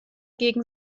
gegen